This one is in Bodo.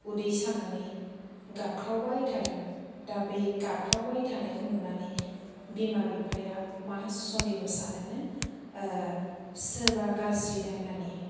उदै सानानै गाबख्रावबाय थादों दा बे गाबख्रावबाय थानायखौ नुनानै बिमा बिफाया मा सनदेह' सानोनो सोरबा गाज्रि दायनानि